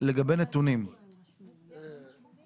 אז אני יכולה להגיד --- אני יכול להפנות אותך לטבלה.